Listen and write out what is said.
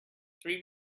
three